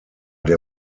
der